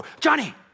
Johnny